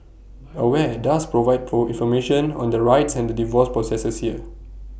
aware does provide for information on their rights and the divorce processors here